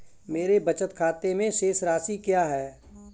मेरे बचत खाते में शेष राशि क्या है?